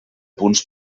punts